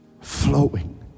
flowing